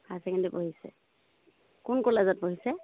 হায় secondary পঢ়িছে কোন কলেজত পঢিছে